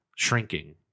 shrinking